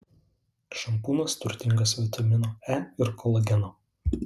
šampūnas turtingas vitamino e ir kolageno